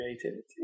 creativity